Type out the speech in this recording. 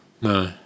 No